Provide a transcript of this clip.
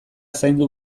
zaindu